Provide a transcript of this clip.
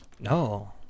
no